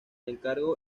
encargo